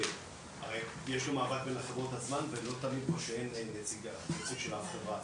הרי יש מאבק בין החברות עצמן --- אין נציג של אף חברה עצמה.